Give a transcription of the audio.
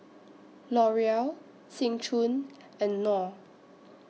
Loreal Seng Choon and Knorr